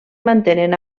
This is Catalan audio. mantenen